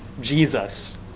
jesus